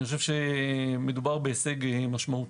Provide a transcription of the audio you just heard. מדובר בהישג משמעותי.